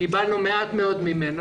קיבלנו ממנו מעט מאוד.